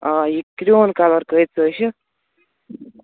آ یہِ کرٛہُن کلر کۭتِس حظ چھِ